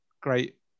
great